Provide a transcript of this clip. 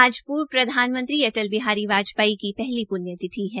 आज पर्व प्रधानमंत्री अटल बिहारी वाजपेयी की पहली पृणयतिथि है